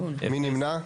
מי נמנע?